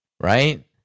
right